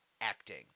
acting